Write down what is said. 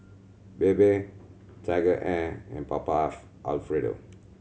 Bebe TigerAir and Papa Alfredo